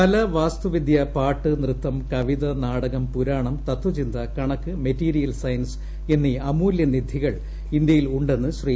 കല വാസ്തുവിദ്യ പാട്ട് നൃത്തം കവിത നാടകം പുരാണം തതചിന്ത്യൂ കണക്ക് മെറ്റീരിയൽ സയൻസ് എന്നീ അമൂല്യനിധികൃശ്ശ് ഇന്ത്യയിൽ ഉണ്ടെന്ന് ശ്രീ